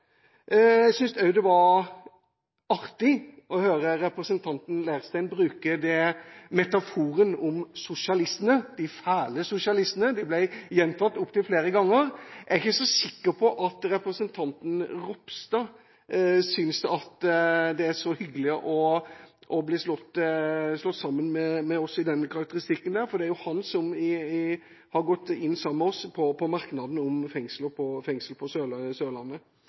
Jeg syntes også det var artig å høre representanten Leirstein bruke metaforen om sosialistene – de fæle sosialistene – det ble gjentatt opptil flere ganger. Jeg er ikke så sikker på at representanten Ropstad synes det er så hyggelig å bli slått sammen med oss i den karakteristikken – det er jo han som har gått sammen med oss i merknaden om fengsel på Sørlandet. Det vi kan slå fast når det gjelder fengsel på Sørlandet,